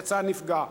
יצא נפגע.